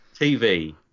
TV